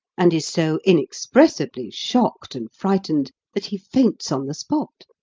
and is so inexpressibly shocked and frightened that he faints on the spot,